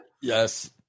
yes